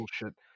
bullshit